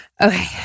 Okay